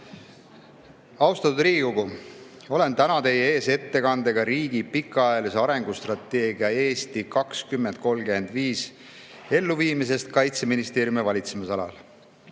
Austatud Riigikogu! Olen täna teie ees ettekandega riigi pikaajalise arengustrateegia "Eesti 2035" elluviimisest Kaitseministeeriumi valitsemisalas."Eesti